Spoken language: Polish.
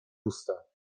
usta